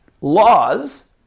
laws